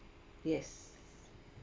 yes